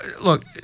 Look